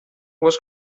was